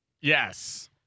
Yes